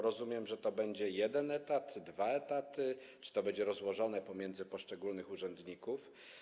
Rozumiem, że to będzie jeden etat, dwa etaty czy że to będzie rozdzielone pomiędzy poszczególnych urzędników.